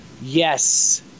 yes